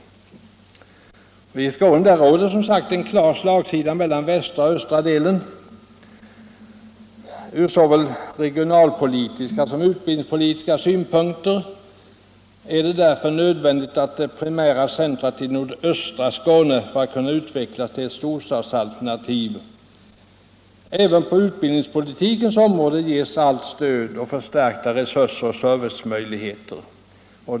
I Skåne råder som sagt en klar slagsida mellan västra och östra delen. Från såväl regionalpolitiska som utbildningspolitiska synpunkter är det därför nödvändigt att det primära centret i nordöstra Skåne, för att kunna utvecklas till ett storstadsalternativ, även på utbildningspolitikens område ges allt stöd, förstärkta resurser och servicemöjligheter.